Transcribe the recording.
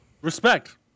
respect